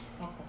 Okay